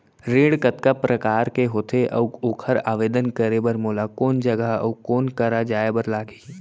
ऋण कतका प्रकार के होथे अऊ ओखर आवेदन करे बर मोला कोन जगह अऊ कोन करा जाए बर लागही?